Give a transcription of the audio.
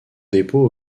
dépôt